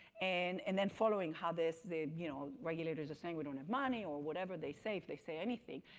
and and then following how this, the you know regulators are saying we don't have money or whatever they say, if they say anything.